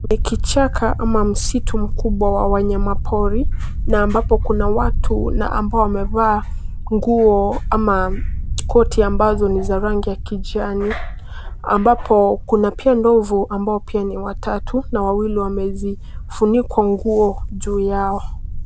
Ni kichaka ama msitu mkubwa wa wanyamapori na ambapo Kuna watu na ambao wamevaa nguo ama koti ambazo ni za rangi ya kijani ambapo kuna pia ndovu ambao pia ni watatu na wawili wamezifunikwa nguo juu yao.